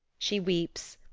she weeps,